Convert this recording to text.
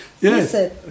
Yes